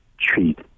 treat